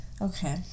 Okay